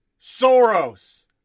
Soros